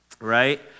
right